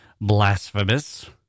blasphemous